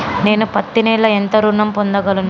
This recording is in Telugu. నేను పత్తి నెల ఎంత ఋణం పొందగలను?